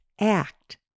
act